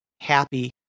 happy